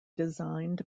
designed